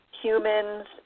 humans